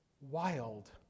wild